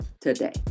today